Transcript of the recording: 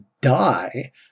die